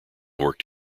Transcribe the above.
worked